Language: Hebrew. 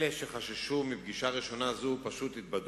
אלה שחששו מפגישה ראשונה זו פשוט התבדו.